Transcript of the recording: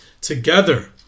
together